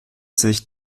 sich